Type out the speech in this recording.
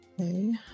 okay